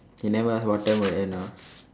you never ask what time will end ah